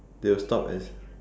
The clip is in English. they will stop and